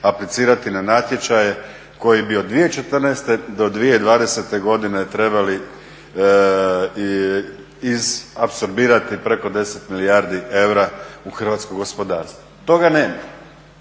na natječaje koji bi od 2014. do 2020. godine trebali iz apsorbirati preko 10 milijardi eura u hrvatsko gospodarstvo. Toga nema.